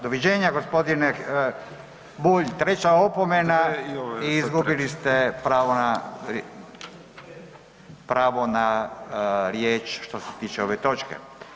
Doviđenja gospodine Bulj treća opomena i izgubili ste pravo na riječ što se tiče ove točke.